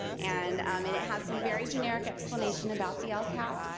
and um it it has some very generic explanation about the ah lcap.